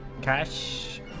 cash